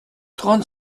trente